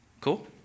Cool